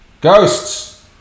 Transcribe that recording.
Ghosts